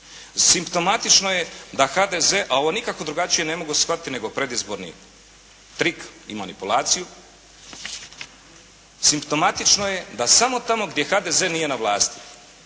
Simptomatično je da HDZ, ali nikako drugačije ne mogu shvatiti nego predizborni trik i manipulaciju, simptomatično je da samo tamo gdje HDZ nije na vlasti,